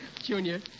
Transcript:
Junior